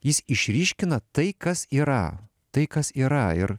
jis išryškina tai kas yra tai kas yra ir